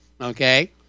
Okay